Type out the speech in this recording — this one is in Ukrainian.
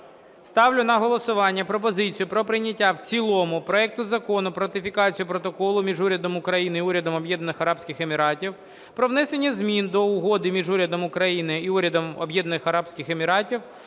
Ставлю на голосування пропозицію про прийняття в цілому проекту Закону про ратифікацію Протоколу між Урядом України і Урядом Об'єднаних Арабських Еміратів про внесення змін до Угоди між Урядом України і Урядом Об'єднаних Арабських Еміратів